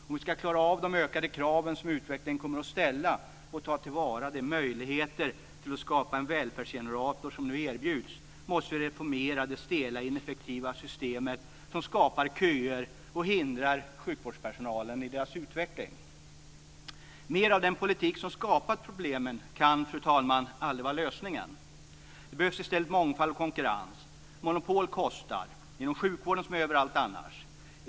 Om vi ska klara av de ökade krav som utvecklingen kommer att ställa och ta till vara de möjligheter att skapa en välfärdsgenerator som erbjuds, måste vi reformera de stela, ineffektiva system som skapar köer och hindrar sjukvårdspersonalen i deras utveckling. Mer av den politik som har skapat problemen kan, fru talman, aldrig vara lösningen. Det behövs i stället mångfald och konkurrens. Monopol kostar, inom sjukvården som överallt annars.